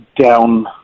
down